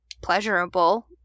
pleasurable